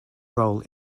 role